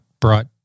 brought